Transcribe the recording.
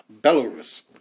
Belarus